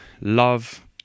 love